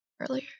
earlier